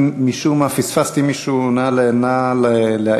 אם משום מה פספסתי מישהו, נא להעיר.